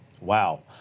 Wow